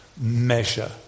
measure